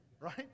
right